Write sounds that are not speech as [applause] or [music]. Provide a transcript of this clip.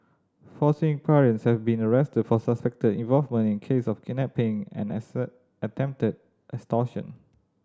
four Singaporeans have been arrested for suspected involvement in case of kidnapping and [unintelligible] attempted extortion